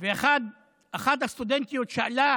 ואחת הסטודנטיות שאלה